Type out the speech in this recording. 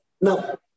Now